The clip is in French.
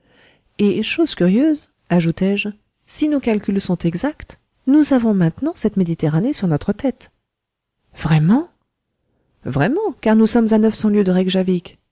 et chose curieuse ajoutai-je si nos calculs sont exacts nous avons maintenant cette méditerranée sur notre tête vraiment vraiment car nous sommes à neuf cents lieues de